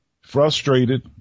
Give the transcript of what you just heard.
Frustrated